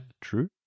True